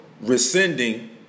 rescinding